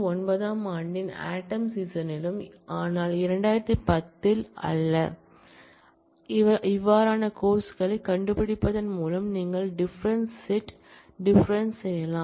2009 ஆம் ஆண்டின் ஆட்டம் சீசனிலும் ஆனால் 2010 இல் அல்ல கோர்ஸ் களைக் கண்டுபிடிப்பதன் மூலம் நீங்கள் டிஃபரென்ஸ் செட் டிஃபரென்ஸ் செய்யலாம்